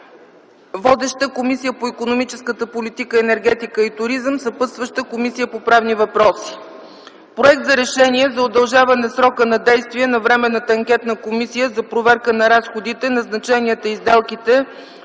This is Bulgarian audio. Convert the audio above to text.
Водеща е Комисията по икономическата политика, енергетика и туризъм. Съпътстваща е Комисията по правни въпроси. Проект за решение за удължаване срока на действие на Временната анкетна комисия за проверка на разходите, назначенията и сделките,